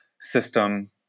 system